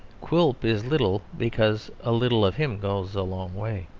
quilp is little, because a little of him goes a long way.